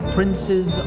Princes